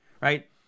right